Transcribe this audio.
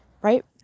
right